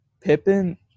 Pippen